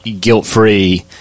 guilt-free